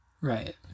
Right